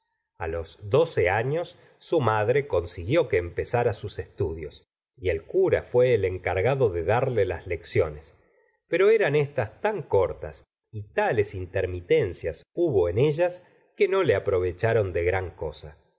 a los doce años su madre consiguió que empezara sus estudios y el cura fué el encargado de darle las lecciones pero eran éstas tan cortas y tales intermitencias hubo en ellas que no le aprovecharon de gran cosa